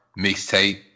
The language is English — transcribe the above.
mixtape